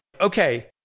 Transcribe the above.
okay